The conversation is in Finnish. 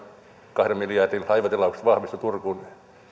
kahden miljardin laivatilaukset vahvistuivat turkuun